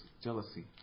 jealousy